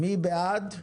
מי בעד?